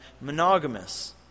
monogamous